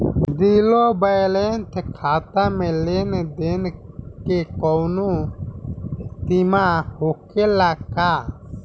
Zero balance खाता में लेन देन के कवनो सीमा होखे ला का?